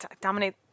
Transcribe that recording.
dominate